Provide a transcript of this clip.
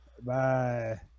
Bye